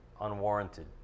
unwarranted